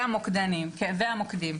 והמוקדים.